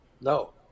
No